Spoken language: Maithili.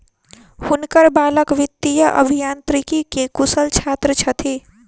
हुनकर बालक वित्तीय अभियांत्रिकी के कुशल छात्र छथि